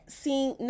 seeing